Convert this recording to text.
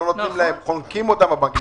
לא נותנים להם, חונקים אותם הבנקים.